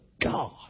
God